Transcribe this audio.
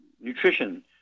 nutrition